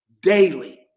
Daily